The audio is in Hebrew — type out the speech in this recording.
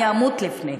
אני אמות לפני.